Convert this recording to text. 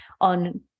on